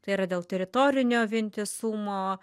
tai yra dėl teritorinio vientisumo